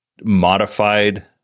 modified